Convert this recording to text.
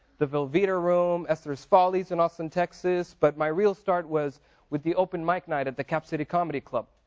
the velveeta room, esther's follies, in austin, texas, but my real start was with the open mic night at the cap city comedy club.